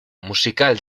musical